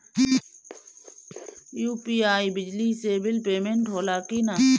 UPI से बिजली bill payment होला कि न?